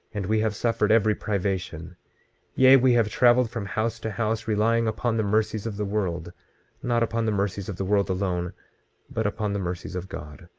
and we have suffered every privation yea, we have traveled from house to house, relying upon the mercies of the world not upon the mercies of the world alone but upon the mercies of god.